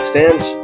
stands